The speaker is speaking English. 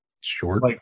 Short